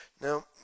Now